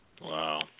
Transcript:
Wow